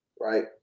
right